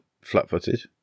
flat-footed